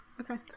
Okay